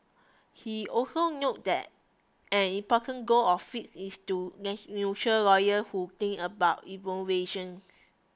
he also noted that an important goal of flip is to lawyer who think about innovation